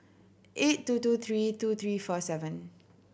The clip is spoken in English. eight two two three two three four seven